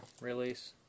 release